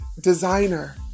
designer